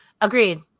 agreed